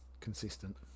consistent